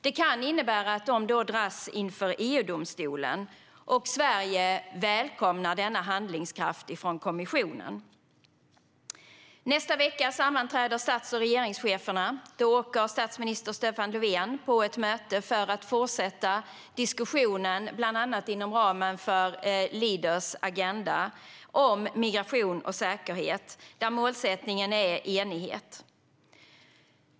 Det kan innebära att de dras inför EU-domstolen. Sverige välkomnar kommissionens handlingskraft. Nästa vecka sammanträder stats och regeringscheferna. Då åker statsminister Stefan Löfven på ett möte för att fortsätta diskussionen bland annat inom ramen för Leaders' Agenda om migration och säkerhet, där målsättningen är enighet.